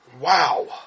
Wow